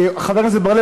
חבר הכנסת בר-לב,